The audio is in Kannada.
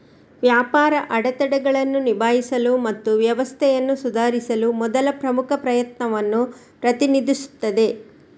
ವ್ಯಾಪಾರ ಅಡೆತಡೆಗಳನ್ನು ನಿಭಾಯಿಸಲು ಮತ್ತು ವ್ಯವಸ್ಥೆಯನ್ನು ಸುಧಾರಿಸಲು ಮೊದಲ ಪ್ರಮುಖ ಪ್ರಯತ್ನವನ್ನು ಪ್ರತಿನಿಧಿಸುತ್ತದೆ